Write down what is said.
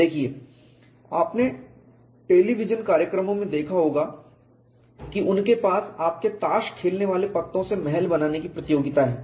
देखिए आपने टेलीविजन कार्यक्रमों में देखा होगा कि उनके पास आपके ताश खेलने वाले पत्तों से महल बनाने की प्रतियोगिता है